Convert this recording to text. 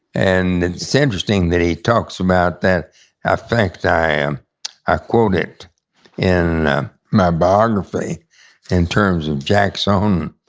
and and it's interesting that he talks about that affect. i um ah quote it in my biography in terms of jack's own